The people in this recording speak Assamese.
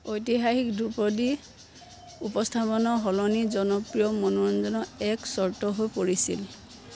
ঐতিহাসিক ধ্ৰুপদী উপস্থাপনৰ সলনি জনপ্ৰিয় মনোৰঞ্জনৰ এক চৰ্ত হৈ পৰিছিল